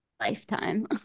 lifetime